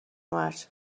مرج